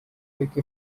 take